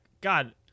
God